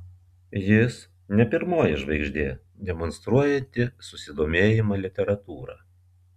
jis ne pirmoji žvaigždė demonstruojanti susidomėjimą literatūra